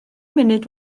munud